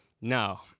now